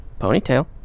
Ponytail